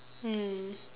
mm